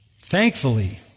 Thankfully